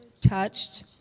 touched